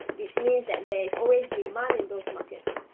which means that there is always demand in those markets.